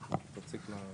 כידוע,